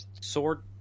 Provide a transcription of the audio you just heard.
Sword